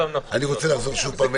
אני רוצה לחזור שוב פעם,